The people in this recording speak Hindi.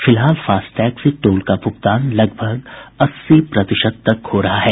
फिलहाल फास्टैग से टोल का भूगतान लगभग अस्सी प्रतिशत तक हो रहा है